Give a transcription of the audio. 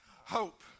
hope